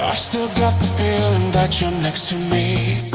still got the feeling that you're next to me